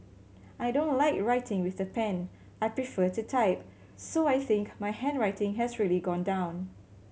I don't like writing with the pen I prefer to type so I think my handwriting has really gone down